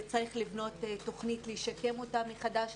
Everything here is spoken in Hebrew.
וצריך לבנות תוכנית לשקם אותה מחדש,